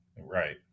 Right